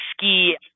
ski